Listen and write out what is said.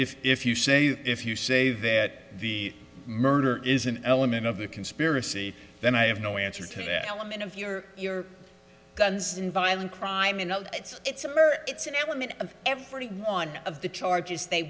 if if you say if you say that the murder is an element of the conspiracy then i have no answer to that element of your your guns in violent crime and out it's it's a it's an element of every one of the charges they